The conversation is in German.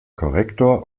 korrektor